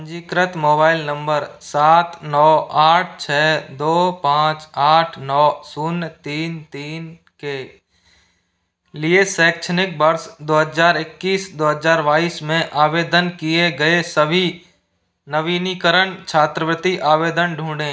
पंजीकृत mobile number सात नौ आठ छः दो पाँच आठ नौ शून्य तीन तीन के लिए शैक्षणिक वर्ष दो हज़ार इक्कीस दो हज़ार बाईस में आवेदन किए गए सभी नवीनीकरण छात्रवृति आवेदन ढूँढे